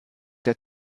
der